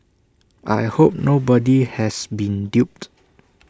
I hope nobody has been duped